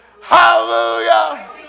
Hallelujah